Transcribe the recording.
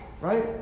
right